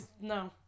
No